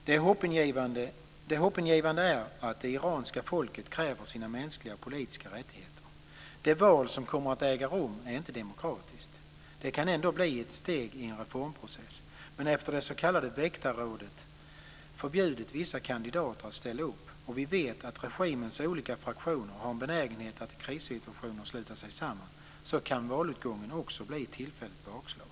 Det hoppingivande är att det iranska folket kräver sina mänskliga och politiska rättigheter. Det val som kommer att äga rum är inte demokratiskt. Det kan ändå bli ett steg i en reformprocess. Men eftersom det s.k. väktarrådet förbjudit vissa kandidater att ställa upp, och vi vet att regimens olika fraktioner har en benägenhet att i krissituationer sluta sig samman, kan valutgången också bli ett tillfälligt bakslag.